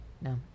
No